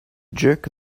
jerk